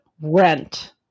rent